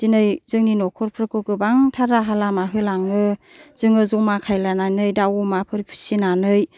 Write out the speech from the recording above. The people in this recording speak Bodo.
दिनै जोंनि न'खरफोरखौ गोबांथार राहा लामा होलाङो जोङो ज'मा खालामनानै दाव अमाफोर फिसिनानै